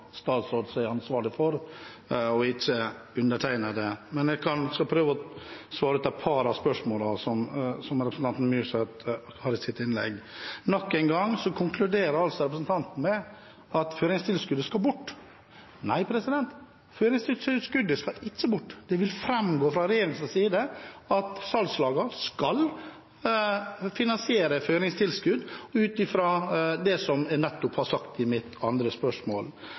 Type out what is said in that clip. statsråd som er konstitusjonelt ansvarlig for, ikke undertegnede, men jeg skal prøve å svare på et par av spørsmålene som representanten Myrseth har i sitt innlegg. Nok en gang konkluderer altså representanten med at føringstilskuddet skal bort. Nei, føringstilskuddet skal ikke bort. Det vil framgå fra regjeringens side at salgslagene skal finansiere føringstilskuddet, ut fra det jeg nettopp sa i mitt